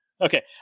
Okay